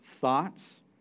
thoughts